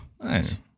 nice